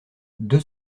deux